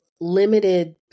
limited